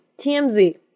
TMZ